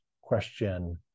Question